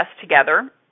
together